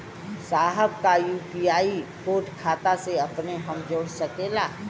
साहब का UPI code खाता से अपने हम जोड़ सकेला?